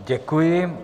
Děkuji.